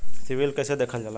CIBIL कैसे देखल जाला?